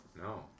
no